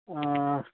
आँ